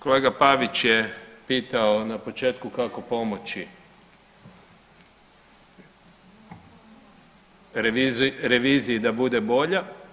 Kolega Pavić je pitao na početku kako pomoći reviziji da bude bolja.